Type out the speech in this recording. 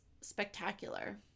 spectacular